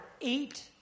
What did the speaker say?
eight